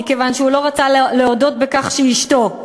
מכיוון שהוא לא רצה להודות בכך שהיא אשתו,